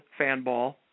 Fanball